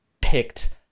picked